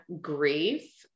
grief